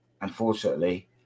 Unfortunately